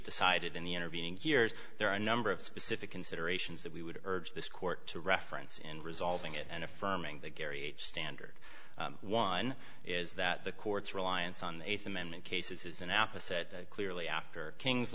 decided in the intervening years there are a number of specific considerations that we would urge this court to reference in resolving it and affirming the gary standard one is that the court's reliance on the th amendment cases is an app a set clearly after kings